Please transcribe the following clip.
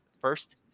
first